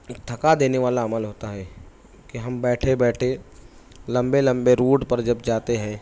تھکا دینے والا عمل ہوتا ہے کہ ہم بیٹھے بیٹھے لمبے لمبے روٹ پر جب جاتے ہیں